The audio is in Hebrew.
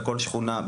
בכל שכונה,